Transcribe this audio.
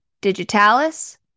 digitalis